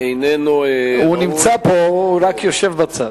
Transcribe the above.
הוא נמצא פה, הוא רק יושב בצד.